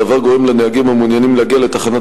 הדבר גורם לנהגים המעוניינים להגיע לתחנת